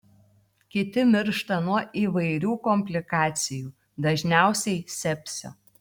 kiti miršta nuo įvairių komplikacijų dažniausiai sepsio